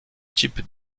type